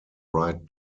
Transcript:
right